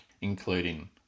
including